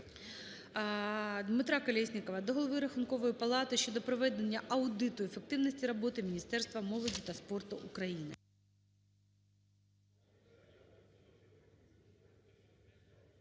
Дмитра Колєснікова до голови Рахункової палати щодо проведення аудиту ефективності роботи Міністерства молоді та спорту України.